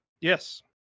Yes